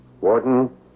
Warden